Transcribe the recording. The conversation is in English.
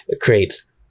creates